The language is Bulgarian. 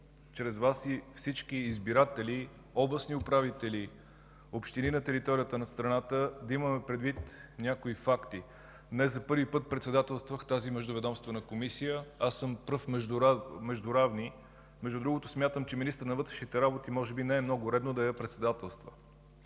чрез Вас и всички избиратели, областни управители, общини на територията на страната, да имаме предвид някои факти. Не за първи път председателствах тази Междуведомствена комисия. Аз съм пръв между равни. Смятам, че министърът на вътрешните работи може би не е много редно да я председателства.